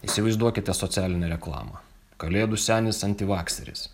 įsivaizduokite socialinę reklamą kalėdų senis antivakseris